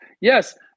Yes